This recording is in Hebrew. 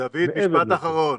דוד, משפט אחרון.